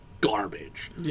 garbage